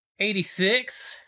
86